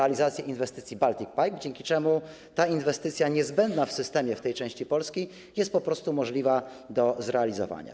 realizację inwestycji Baltic Pipe, dzięki czemu ta inwestycja, niezbędna w systemie w tej części Polski, jest po prostu możliwa do zrealizowania.